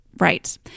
Right